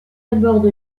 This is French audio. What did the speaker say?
aborde